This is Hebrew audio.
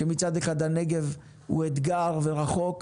כשמצד אחד הנגב הוא אתגר ורחוק,